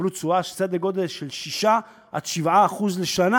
ויקבלו תשואה בסדר גודל של 6% 7% לשנה.